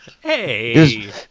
Hey